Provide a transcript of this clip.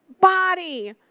body